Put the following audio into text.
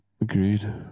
agreed